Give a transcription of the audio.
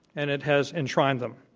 and it has enshrined them.